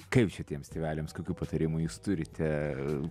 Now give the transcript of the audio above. kaip čia tiems tėveliams kokių patarimų jūs turite